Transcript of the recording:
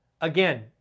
Again